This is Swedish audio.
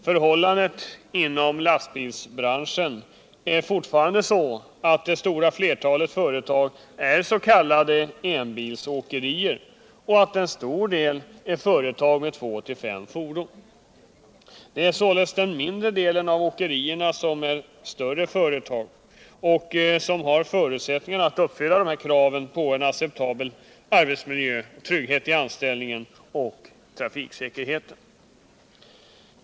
Förhållandet inom lastbilsbranschen är fortfarande sådant att det stora flertalet företag är s.k. enbilsåkerier och att en stor del är företag med två till fem fordon. Det är således den mindre delen av åkerierna som är större företag och som har förutsättningar att uppfylla kraven på en acceptabel arbetsmiljö, trygghet i anställningen och trafiksäkerhet.